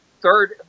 third